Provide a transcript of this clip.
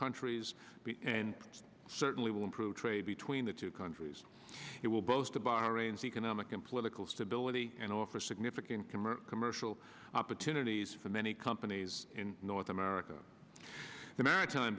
countries certainly will improve trade between the two countries it will boast a bahrain's economic and political stability for significant commercial opportunities for many companies in north america the maritime